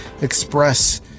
express